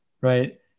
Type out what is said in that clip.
right